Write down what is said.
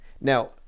Now